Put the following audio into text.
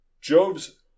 Job's